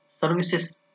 services